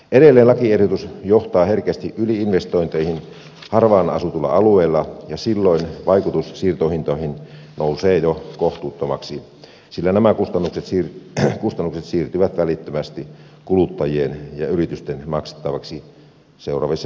edelleen lakiehdotus johtaa herkästi yli investointeihin harvaan asutuilla alueilla ja silloin vaikutus siirtohintoihin nousee jo kohtuuttomaksi sillä nämä kustannukset siirtyvät välittömästi kuluttajien ja yritysten maksettavaksi seuraavissa sähkönsiirtohinnoitteluissa